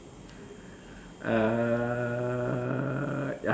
err